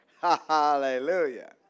Hallelujah